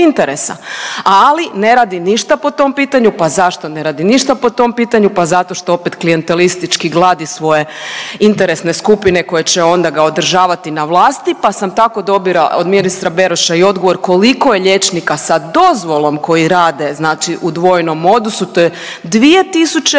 ali ne radi ništa po tom pitanju. Pa zašto ne radi ništa po tom pitanju? Pa zato što opet klijentelistički gladi svoje interesne skupine koje će onda ga održavati na vlasti, pa sam tako dobila od ministra Beroša i odgovor koliko je liječnika sa dozvolom koji rade u dvojnom odnosu, to je 2.126